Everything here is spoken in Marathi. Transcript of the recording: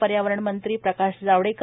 पर्यावरण मंत्री प्रकाश जावडेकर